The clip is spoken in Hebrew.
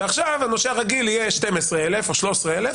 ועכשיו הנושה הרגיל יהיה 12,000 או 13,000,